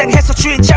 and hesitate yeah